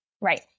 Right